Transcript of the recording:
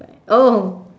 oh